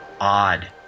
odd